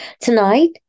Tonight